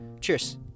Cheers